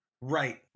Right